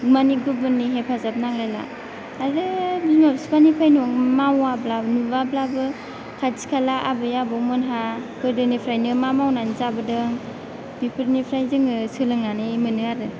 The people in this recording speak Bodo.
मानि गुबुननि हेफाजाब नांलायला बिमा बिफानिफ्रायनो मावाब्ला नुवाब्लाबो खाथि खाला आबै आबौ मोनहा गोदोनिफ्रायनो मावनानै जाबोदों बेफोरनिफ्राय जोङो सोलोंनानै मोनो आरो